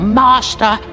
master